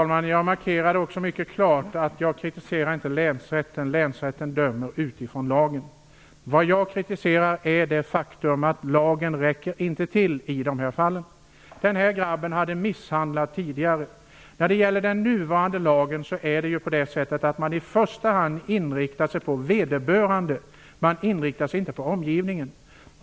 Herr talman! Jag markerade mycket klart att jag inte kritiserar länsrätten. Länsrätten dömer utifrån lagen. Det jag kritiserar är det faktum att lagen inte räcker till i dessa fall. Grabben hade misshandlats tidigare. I den nuvarande lagen inriktar man sig i första hand på den unge. Man inriktar sig inte på omgivningen.